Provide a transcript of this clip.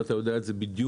ואתה יודע את זה בדיוק,